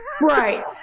right